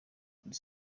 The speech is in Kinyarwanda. kuri